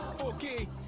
Okay